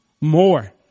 more